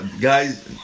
Guys